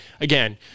again